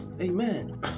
Amen